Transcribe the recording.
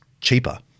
cheaper